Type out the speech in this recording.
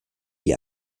die